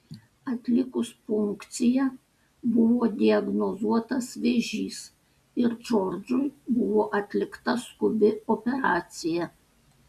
atlikus punkciją buvo diagnozuotas vėžys ir džordžui buvo atlikta skubi operacija